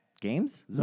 games